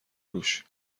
روش